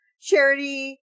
charity